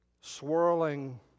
swirling